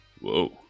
Whoa